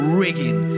rigging